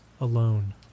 alone